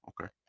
Okay